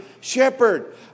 shepherd